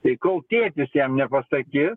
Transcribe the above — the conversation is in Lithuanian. tai kol tėtis jam nepasakis